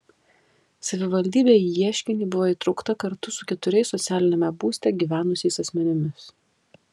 savivaldybė į ieškinį buvo įtraukta kartu su keturiais socialiniame būste gyvenusiais asmenimis